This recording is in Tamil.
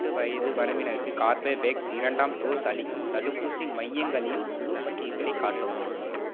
பதினெட்டு வயது வரம்பினருக்கு கார்பவேக்ஸ் இரண்டாம் டோஸ் அளிக்கும் தடுப்பூசி மையங்களின் முழுப் பட்டியல்களை காட்டவும்